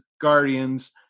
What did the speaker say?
Guardians